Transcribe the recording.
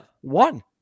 One